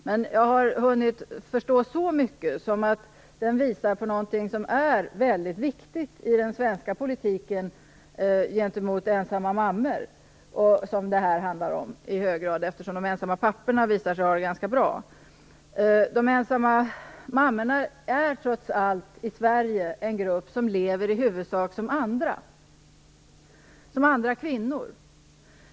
Men jag har hunnit förstå så mycket att den visar på något som är väldigt viktigt i den svenska politiken gentemot ensamma mammor, som det här i hög grad handlar om, eftersom de ensamma papporna visar sig ha det ganska bra, nämligen att de ensamma mammorna i Sverige trots allt är en grupp som lever i huvudsak som andra kvinnor.